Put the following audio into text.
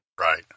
Right